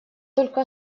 только